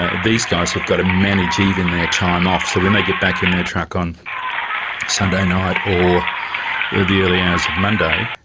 ah these guys have got to manage even their time off, so when they get back in their truck on sunday night or the the early hours of monday,